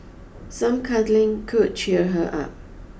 some cuddling could cheer her up